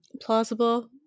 plausible